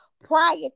prior